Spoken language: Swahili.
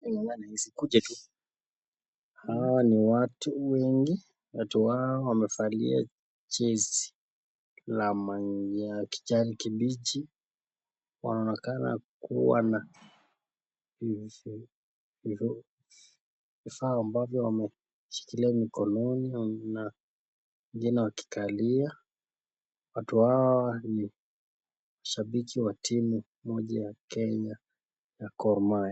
Hawa ni watu wengi. Watu hawa wamevalia jezi ya manja.. kijani kibichi wanaonekana kuwa na vifaa ambavyo wameshikilia mikononi na wengine wakikalia. Watu hawa ni shabiki wa timu moja ya Kenya ya Gor Mahia.